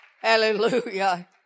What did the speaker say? Hallelujah